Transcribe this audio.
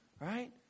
right